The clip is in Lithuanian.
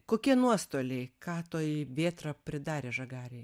kokie nuostoliai ką toji vėtra pridarė žagarėj